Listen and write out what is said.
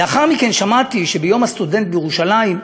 לאחר מכן שמעתי שביום הסטודנט בירושלים,